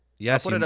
Yes